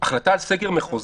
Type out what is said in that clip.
החלטה על סגר מחוזי.